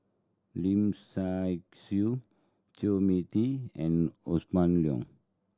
Lim Say Siu Chu Mia Tee and Leong